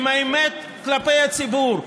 עם האמת כלפי הציבור,